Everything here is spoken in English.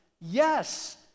Yes